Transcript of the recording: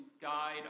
guide